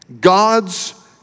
God's